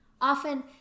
Often